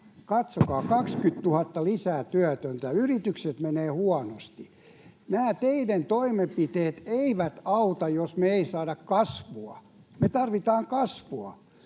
Katsokaa: 20 000 työtöntä lisää, ja yrityksillä menee huonosti. Nämä teidän toimenpiteenne eivät auta, jos me ei saada kasvua. Me tarvitaan kasvua.